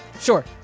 Sure